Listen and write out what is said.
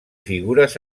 figures